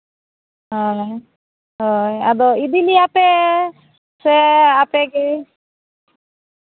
ᱦᱳᱭ ᱦᱳᱭ ᱟᱫᱚ ᱤᱫᱤ ᱞᱮᱭᱟ ᱯᱮ ᱥᱮ ᱟᱯᱮᱜᱮ